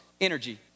Energy